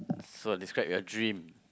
so describe your dream